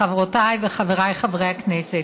חברותיי וחבריי חברי הכנסת,